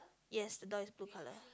yes the door is blue color